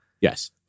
Yes